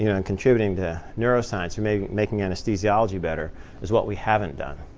you know and contributing to neuroscience or maybe making anesthesiology better is what we haven't done.